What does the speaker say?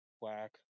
Whack